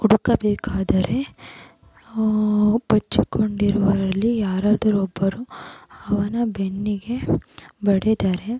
ಹುಡುಕಬೇಕಾದರೆ ಬಚ್ಚಿಕೊಂಡಿರುವರಲ್ಲಿ ಯಾರಾದರೂ ಒಬ್ಬರು ಅವನ ಬೆನ್ನಿಗೆ ಬಡಿದರೆ